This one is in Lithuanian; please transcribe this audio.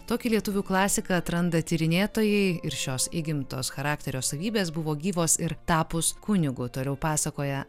tokį lietuvių klasiką atranda tyrinėtojai ir šios įgimtos charakterio savybės buvo gyvos ir tapus kunigu toliau pasakoja